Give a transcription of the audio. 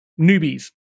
newbies